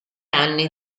anni